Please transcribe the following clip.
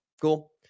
Cool